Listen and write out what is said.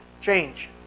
change